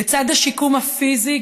לצד השיקום הפיזי,